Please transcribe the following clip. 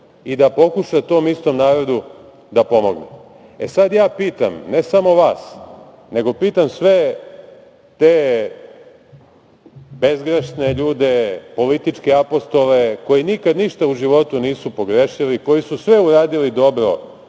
i da pokuša tom istom narodu da pomogne. Sada ja pitam, ne samo vas, nego pitam sve te bezgrešne ljude, političke apostole, koji nikad ništa u životu nisu pogrešili, koji su sve uradili dobro